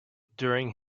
during